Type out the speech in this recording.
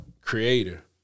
creator